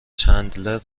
چندلر